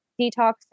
detox